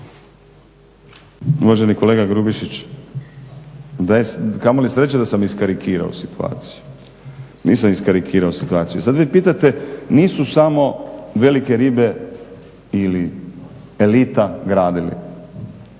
Uvaženi kolega Grubišić, kamo li sreće da sam iskarikirao situaciju. Nisam iskarikirao situaciju. I sad vi pitate nisu samo velike ribe ili elita gradili.